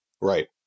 Right